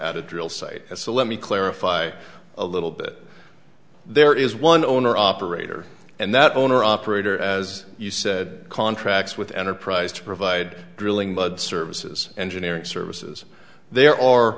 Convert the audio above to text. at a drill site as a let me clarify a little bit there is one owner operator and that owner operator as you said contracts with enterprise to provide drilling mud services engineering services there are